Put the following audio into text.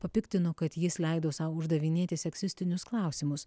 papiktino kad jis leido sau uždavinėti seksistinius klausimus